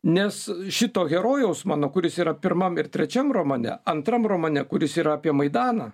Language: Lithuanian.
nes šito herojaus mano kuris yra pirmam ir trečiam romane antram romane kuris yra apie maidaną